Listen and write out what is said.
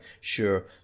sure